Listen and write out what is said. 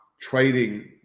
trading